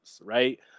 right